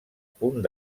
punt